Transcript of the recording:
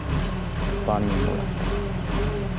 पानी है